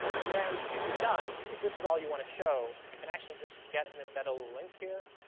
and then if you're done, if this is all you want to show, i can actually just get an embeddable link here,